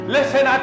Listen